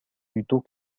plutôt